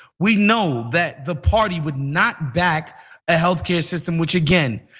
we know that the party would not back a health care system which again,